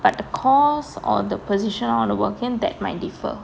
but a course or the position of the work in that might differ